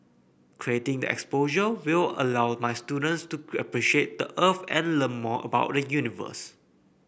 creating the exposure will allow my students to appreciate the Earth and learn more about the universe